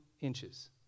inches